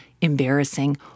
embarrassing